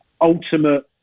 ultimate